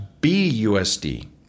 BUSD